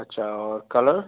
अच्छा और कलर